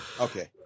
Okay